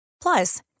Plus